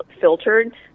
filtered